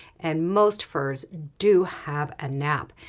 and most furs do have a nap.